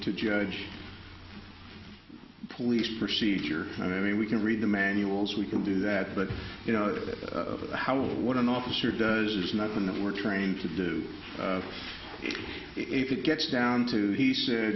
to judge police procedure i mean we can read the manuals we can do that but you know how what an officer does is nothing that we're trained to do if it gets down to he